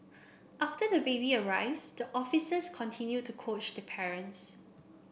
after the baby arrives the officers continue to coach the parents